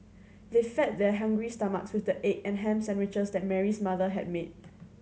they fed their hungry stomachs with the egg and ham sandwiches that Mary's mother had made